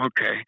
Okay